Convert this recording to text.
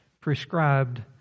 prescribed